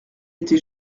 était